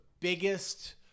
biggest